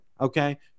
Okay